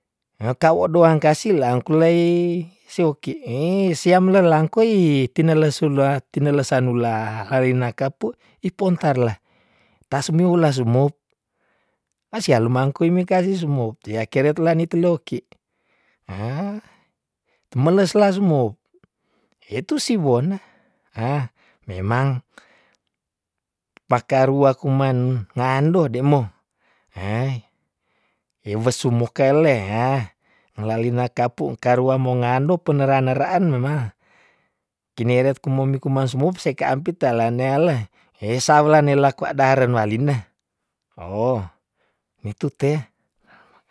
Ngetau doang kasilang kulei sioki siam lelang kui tinele sulda tinele sanula alina kapu ipontarla tasmi ula sumop, asia lumangkui mika si sumop tia keret lani tuloki "hah" temeles las sumop itu siwon "hah" memang pakarua kuman ngando de moh "hah" iwes sumoka le "hah" lalina kapu karua monga ando penera- neraan mema kineret kumombi kuman sumop seka ampit tala niale "heh" saula nela kuat daren walin na, mitu tea.